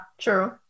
true